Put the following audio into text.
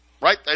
right